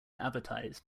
advertise